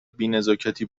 بینزاکتی